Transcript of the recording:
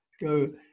go